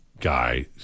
guy